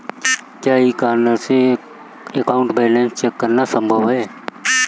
क्या e corner से account balance check करना संभव है?